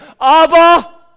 Abba